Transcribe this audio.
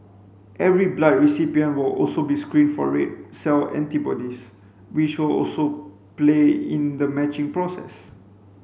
every blood recipient will also be screened for red cell antibodies which will also play in the matching process